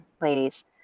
ladies